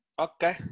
Okay